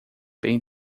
bem